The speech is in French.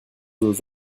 aux